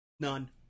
none